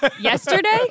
Yesterday